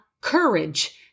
courage